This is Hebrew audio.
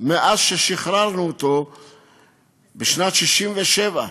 מאז שחררנו אותו בשנת 1967,